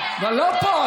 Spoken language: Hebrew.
אבל לא פה.